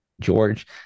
George